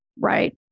Right